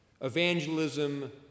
Evangelism